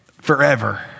forever